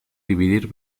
dividir